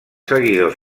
seguidors